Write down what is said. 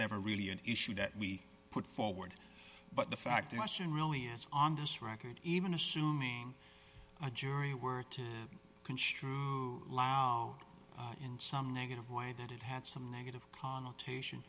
never really an issue that we put forward but the fact that russia really is on this record even assuming a jury were to construe in some negative way that it had some negative connotation